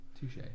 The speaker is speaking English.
touche